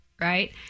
right